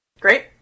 Great